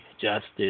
justice